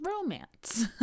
romance